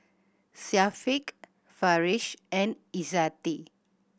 Syafiqah Farish and Izzati